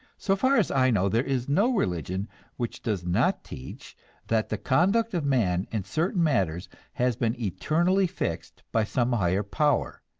so far as i know there is no religion which does not teach that the conduct of man in certain matters has been eternally fixed by some higher power,